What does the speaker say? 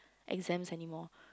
exams anymore